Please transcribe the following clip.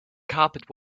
carpet